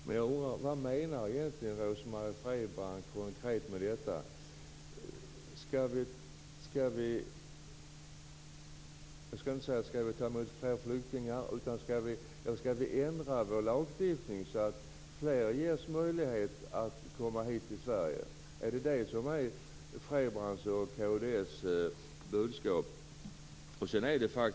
Men jag undrar vad Rose-Marie Frebran menar konkret med detta. Skall vi ändra vår lagstiftning så att fler ges möjlighet att komma hit till Sverige? Är det detta som är Frebrans och kd:s budskap.